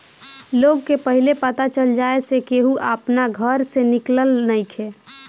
लोग के पहिले पता चल जाए से केहू अपना घर से निकलत नइखे